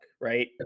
right